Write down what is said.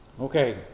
Okay